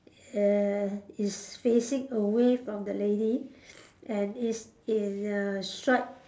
and is facing away from the lady and it's in a stripe